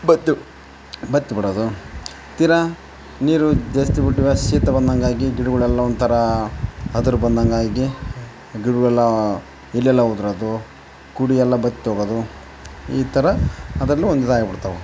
ಬತ್ತಿ ಬತ್ತಿ ಬಿಡೋದು ತೀರ ನೀರು ಜಾಸ್ತಿ ಬಿಟ್ವಿ ಶೀತ ಬಂದಂಗೆ ಆಗಿ ಗಿಡ್ಗಳು ಎಲ್ಲ ಒಂಥರ ಅದ್ರು ಬಂದಂಗೆ ಆಗಿ ಗಿಡವೆಲ್ಲ ಎಲೆ ಎಲ್ಲ ಉದುರೋದು ಕುಡಿ ಎಲ್ಲ ಬತ್ತಿ ಹೋಗೋದು ಈ ಥರ ಅದೆಲ್ಲ ಒಂದು ಇದು ಆಗಿ ಬಿಡ್ತಾವೆ